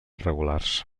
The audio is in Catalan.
regulars